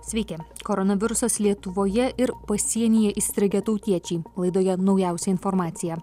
sveiki koronavirusas lietuvoje ir pasienyje įstrigę tautiečiai laidoje naujausia informacija